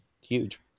Huge